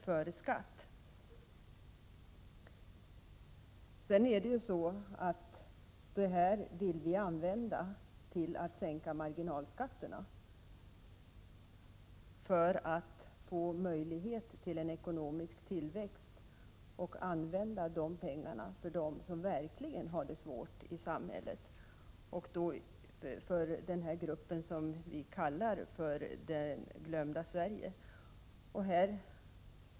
före skatt. Vi vill använda de här pengarna till att finansiera en sänkning av marginalskatterna för att ge möjlighet till ekonomisk tillväxt. Vidare skall pengarna användas så, att man kan hjälpa dem som verkligen har det svårt i samhället. Det gäller då den grupp som vi kallar för det glömda Sverige.